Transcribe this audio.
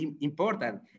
important